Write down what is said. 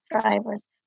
drivers